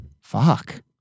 Fuck